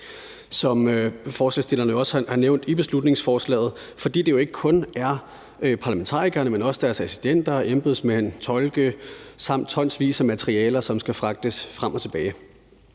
som forslagsstillerne også har nævnt i beslutningsforslaget, fordi det ikke kun er parlamentarikerne, men også deres assistenter, embedsmænd, tolke samt tonsvis af materiale, som skal fragtes frem og tilbage.